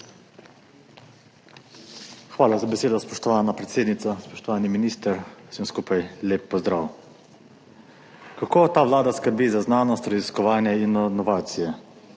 Hvala za besedo, spoštovana predsednica. Spoštovani minister, vsem skupaj lep pozdrav! Kako ta vlada skrbi za znanost, raziskovanje in inovacije?